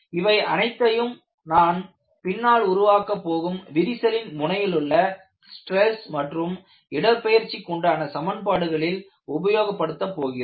இவை அனைத்தையும் நான் பின்னால் உருவாக்கப் போகும் விரிசலின் முனையிலுள்ள ஸ்ட்ரெஸ் மற்றும் இடப்பெயர்ச்சிகுண்டான சமன்பாடுகளில் உபயோகப்படுத்த போகிறோம்